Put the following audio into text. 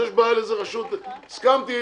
הסכמתי